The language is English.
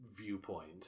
viewpoint